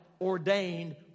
ordained